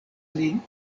lin